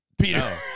Peter